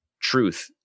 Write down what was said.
truth